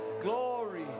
glory